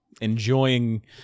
enjoying